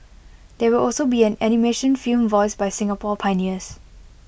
there will also be an animation film voiced by Singapore pioneers